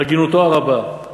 בהגינותו הרבה,